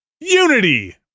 Unity